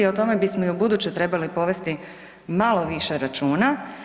O tome bismo i ubuduće trebali povesti malo više računa.